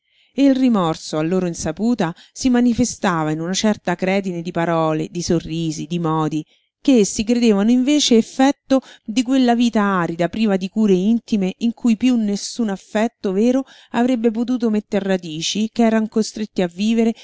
il rimorso a loro insaputa si manifestava in una certa acredine di parole di sorrisi di modi che essi credevano invece effetto di quella vita arida priva di cure intime in cui piú nessun affetto vero avrebbe potuto metter radici che eran costretti a vivere